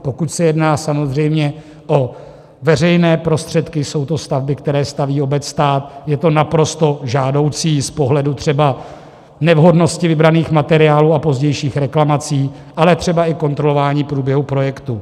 Pokud se jedná samozřejmě o veřejné prostředky, jsou to stavby, které staví obec, stát, je to naprosto žádoucí z pohledu třeba nevhodnosti vybraných materiálů a pozdějších reklamací, ale třeba i kontrolování průběhu projektu.